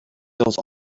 those